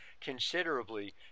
considerably